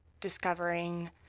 discovering